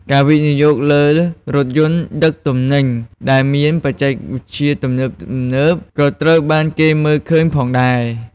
ការវិនិយោគលើរថយន្តដឹកទំនិញដែលមានបច្ចេកវិទ្យាទំនើបៗក៏ត្រូវបានគេមើលឃើញផងដែរ។